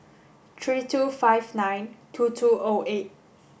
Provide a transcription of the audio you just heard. three two five nine two two O eight